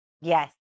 Yes